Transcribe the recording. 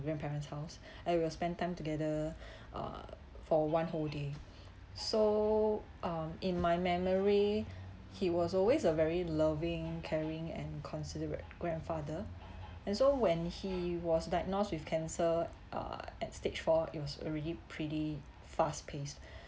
grandparents' house and we'll spend time together uh for one whole day so um in my memory he was always a very loving caring and considerate grandfather and so when he was diagnosed with cancer uh at stage four it was already pretty fast paced